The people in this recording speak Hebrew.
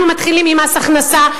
אנחנו מתחילים ממס הכנסה,